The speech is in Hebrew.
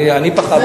אני פחדתי.